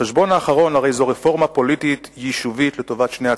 בחשבון האחרון הרי זו רפורמה פוליטית יישובית לטובת שני הצדדים,